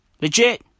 Legit